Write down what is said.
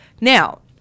Now